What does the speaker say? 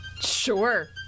Sure